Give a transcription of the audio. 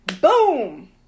Boom